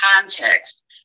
context